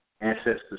ancestors